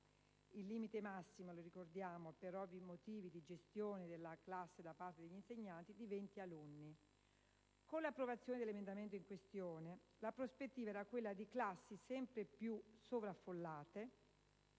Il limite massimo (lo ricordiamo), per ovvi motivi di gestione della classe da parte degli insegnanti, è di 20 alunni. Con l'approvazione dell'emendamento in questione la prospettiva era quella di classi sempre più sovraffollate